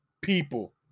people